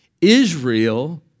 Israel